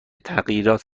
تغییرات